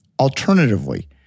Alternatively